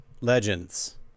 legends